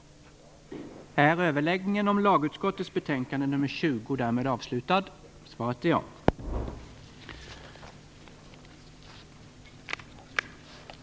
timmar och att det därför skulle finnas anledning att anta att ärendebehandlingen måste slutföras under fredagen.